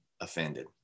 offended